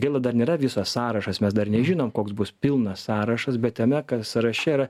gaila dar nėra visas sąrašas mes dar nežinom koks bus pilnas sąrašas bet tame kas sąraše yra